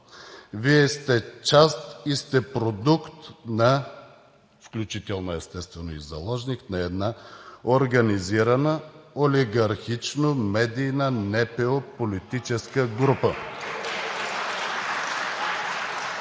Вие сте част и сте продукт, включително, естествено, и заложник на една организирана олигархично-медийна НПО политическа група.